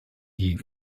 die